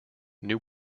new